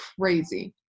crazy